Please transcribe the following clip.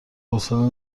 حوصله